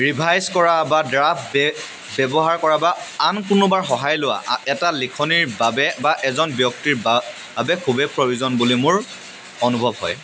revise কৰা বা draft বে ব্যৱহাৰ কৰা বা আন কোনোবা সহায় লোৱা এটা লিখনিৰ বাবে এজন ব্যক্তিৰ বাবে খুবেই প্ৰয়োজন বুলি মোৰ অনুভৱ হয়